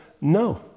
No